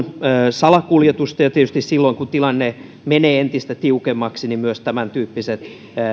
salakuljetusta ja tietysti silloin kun tilanne menee entistä tiukemmaksi myös tämäntyyppiset